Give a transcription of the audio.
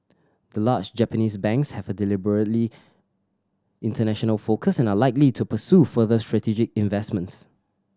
the large Japanese banks have a deliberately international focus and are likely to pursue further strategic investments